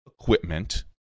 equipment